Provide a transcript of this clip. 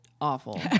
awful